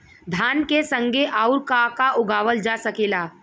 धान के संगे आऊर का का उगावल जा सकेला?